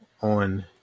on